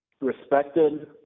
respected